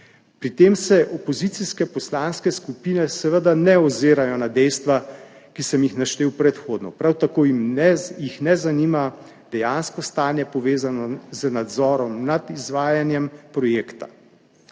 Pri tem se opozicijske poslanske skupine seveda ne ozirajo na dejstva, ki sem jih naštel predhodno, prav tako jih ne zanima dejansko stanje, povezano z nadzorom nad izvajanjem projekta.